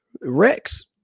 Rex